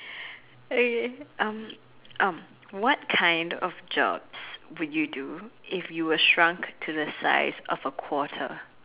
okay um um what kind of jobs would you do if you were shrunk to the size of a quarter